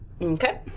Okay